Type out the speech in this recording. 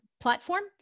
platform